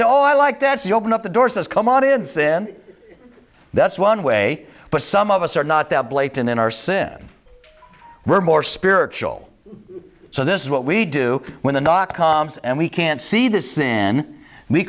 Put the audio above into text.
say oh i like that you open up the door says come audience in that's one way but some of us are not that blatant in our sin we're more spiritual so this is what we do when the dot com is and we can't see th